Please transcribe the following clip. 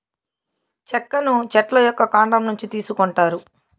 చెక్కను చెట్ల యొక్క కాండం నుంచి తీసుకొంటారు